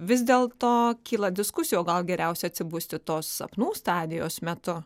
vis dėlto kyla diskusijų o gal geriausia atsibusti tos sapnų stadijos metu